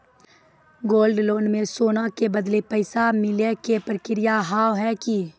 Gold loan मे सोना के बदले पैसा मिले के प्रक्रिया हाव है की?